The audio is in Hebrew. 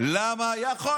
משרד מיותר.